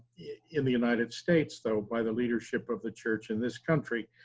in the united states though, by the leadership of the church in this country.